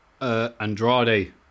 Andrade